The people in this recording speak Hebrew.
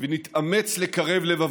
ונתאמץ לקרב לבבות,